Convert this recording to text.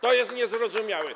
To jest niezrozumiałe.